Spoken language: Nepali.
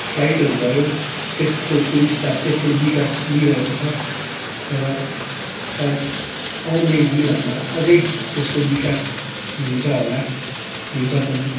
फ्लाइटहरू भयो त्यसको सुविस्ता त्यसले विकास लिइरहेको छ र सायद आउने दिनहरूमा अझै त्यसको विकास हुन्छ होला हुन्छ पनि